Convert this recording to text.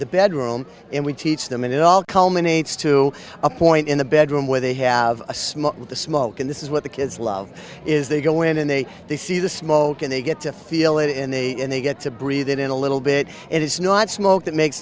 the bedroom and we teach them and it all culminates to a point in the bedroom where they have a smoke with the smoke and this is what the kids love is they go in and they they see the smoke and they get to feel it in a and they get to breathe it in a little bit and it's not smoke that makes